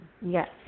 Yes